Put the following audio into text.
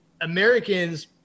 Americans